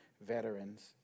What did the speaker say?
Veterans